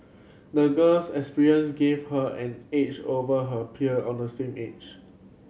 the girl's experience gave her an edge over her peer on the same age